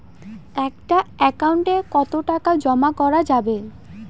একটা একাউন্ট এ কতো টাকা জমা করা যাবে?